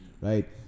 right